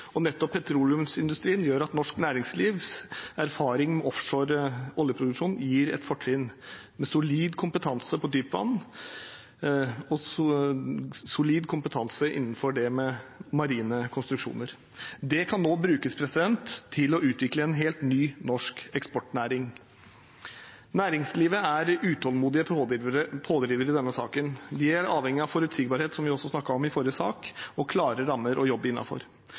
petroleumsindustrien, og nettopp norsk næringslivs erfaring fra offshore oljeproduksjon gir et fortrinn med solid kompetanse på dypvann og innenfor marine konstruksjoner. Det kan nå brukes til å utvikle en helt ny norsk eksportnæring. Næringslivet er utålmodige pådrivere i denne saken. De er avhengige av forutsigbarhet, som vi også snakket om i forrige sak, og klare rammer å jobbe